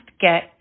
get